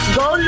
go